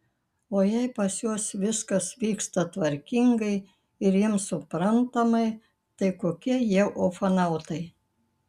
o jei pas juos viskas vyksta tvarkingai ir jiems suprantamai tai kokie jie ufonautai